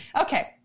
Okay